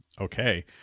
Okay